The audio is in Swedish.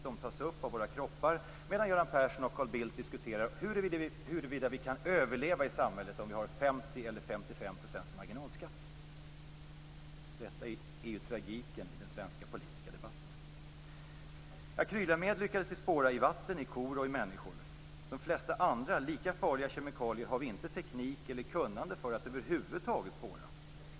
De tas upp av våra kroppar alltmedan Göran Persson och Carl Bildt diskuterar huruvida vi kan överleva i samhället om vi har 50 % eller 55 % marginalskatt. Detta är tragiken i den svenska politiska debatten. Akrylamid lyckades vi spåra i vatten, i kor och i människor. De flesta andra, lika farliga, kemikalier har vi inte teknik eller kunnande för att spåra över huvud taget.